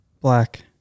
black